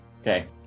Okay